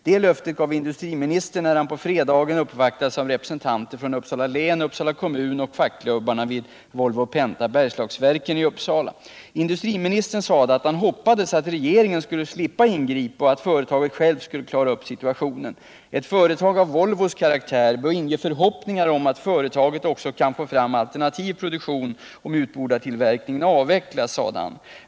Det löftet gav industriministern när han på fredagen uppvaktades av representanter från Uppsala län, Uppsala kommun och fackklubbarna vid Volvo Penta/Bergslagsverken i Uppsala. Industriministern sade att han hoppades att regeringen skulle slippa ingripa och att företaget självt skulle klara upp situationen. — Ett företag av Volvos karaktär bör inge förhoppningar om att företaget också kan få fram alternativ produktion om utbordartillverkningen avvecklas, sade han.